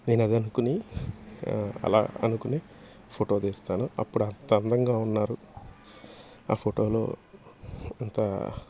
నేను అదనుకుని అలా అనుకునే ఫోటో తీస్తాను అప్పుడు అంత అందంగా ఉన్నారు ఆ ఫోటోలో ఇంత